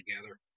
together